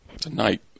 Tonight